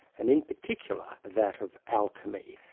and in particular that of alchemy.